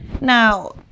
Now